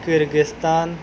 Kyrgyzstan